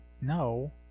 No